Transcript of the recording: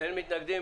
אין מתנגדים.